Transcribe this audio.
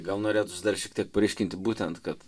gal norėtųs dar šiek tiek paryškinti būtent kad